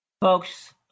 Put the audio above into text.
Folks